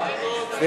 1. אין הסתייגות.